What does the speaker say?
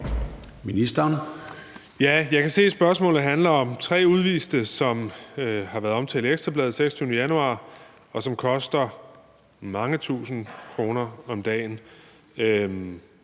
Jeg kan se, at spørgsmålet handler om tre udviste, som har været omtalt i Ekstra Bladet den 26. januar, og som koster mange tusind kroner om dagen.